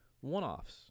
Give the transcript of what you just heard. one-offs